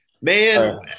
man